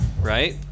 right